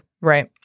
Right